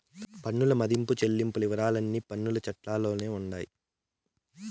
పన్నుల మదింపు చెల్లింపుల వివరాలన్నీ పన్నుల చట్టాల్లోనే ఉండాయి